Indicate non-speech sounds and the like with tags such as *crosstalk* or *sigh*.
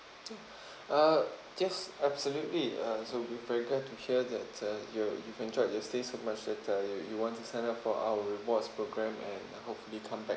*noise* *breath* uh yes absolutely uh so we're very glad to hear that uh your you've enjoyed your stay so much that uh you want to sign up for our rewards program and hopefully come back